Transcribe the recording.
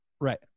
Right